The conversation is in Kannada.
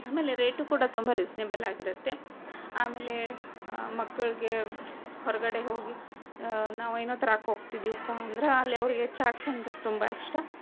ಆಮೇಲೆ ರೇಟೂ ಕೂಡ ತುಂಬ ರಿಸ್ನೇಬಲ್ ಆಗಿರುತ್ತೆ ಆಮೇಲೆ ಆ ಮಕ್ಕಳಿಗೆ ಹೊರಗಡೆ ಹೋಗಿ ನಾವು ಏನೋ ತರಕ್ಕ ಹೋಗ್ತಿದ್ದೀವಪ್ಪ ಅಂದರೆ ಅಲ್ಲಿ ಅವ್ರಿಗೆ ಚಾಟ್ಸ್ ಅಂದರೆ ತುಂಬ ಇಷ್ಟ